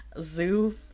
zoo